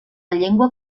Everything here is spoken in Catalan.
llengua